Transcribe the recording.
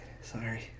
Sorry